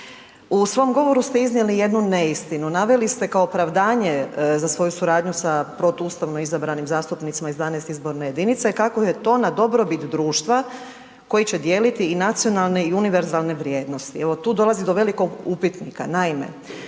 U svom govoru ste iznijeli jednu neistinu naveli ste kao opravdanje za svoju suradnju sa protuustavno izabranim zastupnicima iz 12. izborne jedinice kako je to na dobrobit društva koji će dijeliti i nacionalne i univerzalne vrijednosti, evo tu dolazi do velikog upitnika.